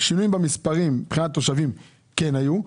שינויים במספרים מבחינת תושבים כן היו,